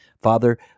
Father